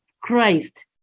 Christ